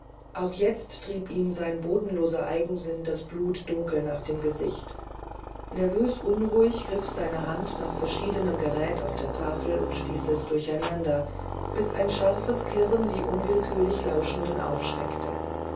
auch jetzt trieb ihm sein bodenloser eigensinn das blut dunkel nach dem gesicht nervös unruhig griff seine hand nach verschiedenem gerät auf der tafel und stieß es durcheinander bis ein scharfes klirren die unwillkürlich lauschenden aufschreckte